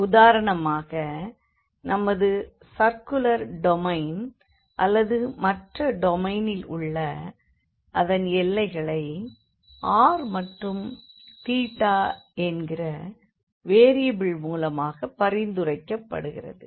உதாரணமாக நமது circular domain அல்லது மற்ற டொமைனில் உள்ள அதன் எல்லைகள் r மற்றும் என்கிற வேரியபுள் மூலமாகப் பரிந்துரைக்கப்படுகிறது